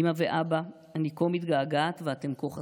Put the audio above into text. אימא ואבא, אני כה מתגעגעת ואתם כה חסרים.